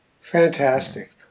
Fantastic